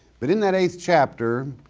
but in that eighth chapter,